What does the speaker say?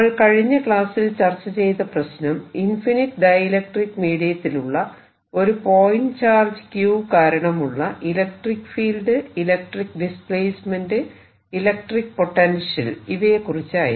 നമ്മൾ കഴിഞ്ഞ ക്ലാസ്സിൽ ചർച്ച ചെയ്ത പ്രശ്നം ഇൻഫിനിറ്റ് ഡൈഇലക്ട്രിക്ക് മീഡിയത്തിലുള്ള ഒരു പോയിന്റ് ചാർജ് Q കാരണമുള്ള electric field electric displacement electric potential ഇവയെകുറിച്ചായിരുന്നു